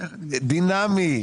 דינמי,